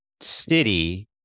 city